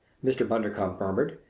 mr. bundercombe murmured.